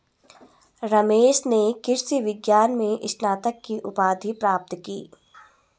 रमेश ने कृषि विज्ञान में स्नातक की उपाधि प्राप्त की